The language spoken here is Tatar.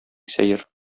сәер